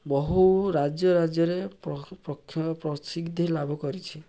ବହୁ ରାଜ୍ୟ ରାଜ୍ୟରେ ପ୍ରସିଦ୍ଧି ଲାଭ କରିଛି